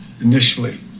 initially